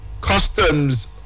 customs